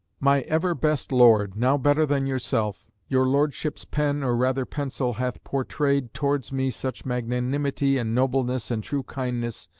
my ever best lord, now better than yourself your lordship's pen, or rather pencil, hath pourtrayed towards me such magnanimity and nobleness and true kindness,